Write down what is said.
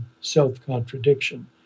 self-contradiction